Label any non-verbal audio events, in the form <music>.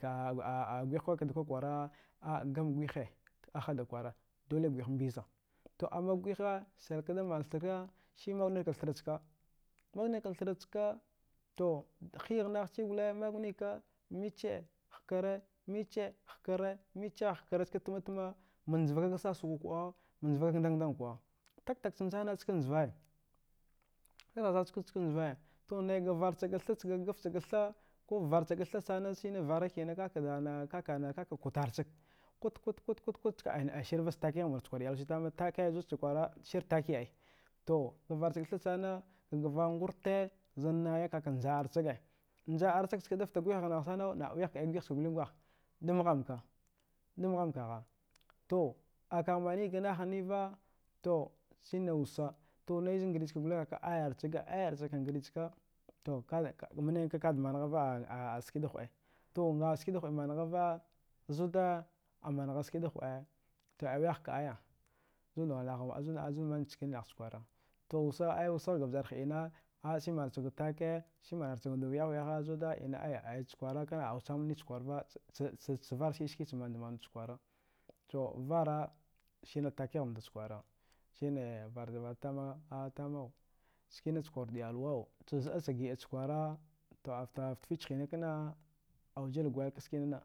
<hesitation> gwehaya ka da kwara. A gma gwiha aska da kwara, dule gwihe mbiza to amma gwihe shill ka da mna thra manika thrachaka to hiya nagheci gwil mgunika mbici, hkara mbici, hakara, mbici hakara iska magunifa hiya nagha ci, ma njiri ka sasoka, ndga ndga kuɗa tika-tikaza ska njiviya, naghehika ga hwe vka chakatha, hwe, ga a givatha, ko ghuvara cka tha ka ka kutraski kutu, kutu kutu ka ka kuturski, cha taki mura iylawa taki zud dha kwara to givatha cka tha, givaurta naya ka njarshiga, njarshi ga da fle gwihi nagha, na wi kide gwihi naha da mahama ka, da mahama kagha. To aka mni ka nahine va to shine lissa to naya zaga gra cka ayra shiya ayra shiga gra cka to kawaya a gmaka ski to ski da hude managhava, azu wude a managha ski da huɗe to wi yaha kdaya zu su zuda naha mana, to wussa ga vjargha na si manan ski taki, she manar wi we ga ski an ay ay zu da kwara kena cam nicha kwarava ss cha manavka chu kirara, vara ni taki mure tse kwara shine vara, vara da atama tama chi tse kwara wude iyalwa dga ca kwara afte afte fci hina kana <unintelligible>